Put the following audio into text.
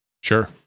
Sure